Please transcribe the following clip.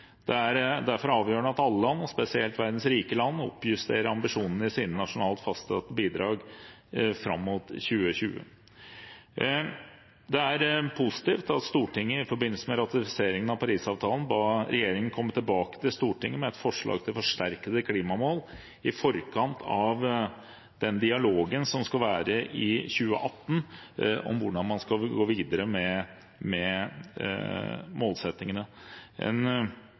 Det er derfor avgjørende at alle land, og spesielt verdens rike land, oppjusterer ambisjonene sine i de nasjonalt fastsatte bidragene fram mot 2020. Det er positivt at Stortinget i forbindelse med ratifiseringen av Paris-avtalen ba regjeringen komme tilbake til Stortinget med et forslag til forsterkede klimamål i forkant av den dialogen som skal være i 2018 om hvordan man skal gå videre med målsettingene. En